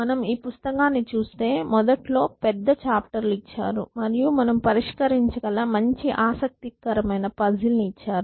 మనం ఈ పుస్తకాన్ని చూస్తే మొదట్లో పెద్ద చాప్టర్ లు ఇచ్చారు మరియు మనం పరిష్కరించగల మంచి ఆసక్తికరమైన పజిల్ ఇచ్చారు